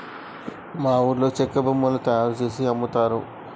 మా ఊర్లో చెక్క బొమ్మలు తయారుజేసి అమ్ముతారు